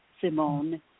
Simone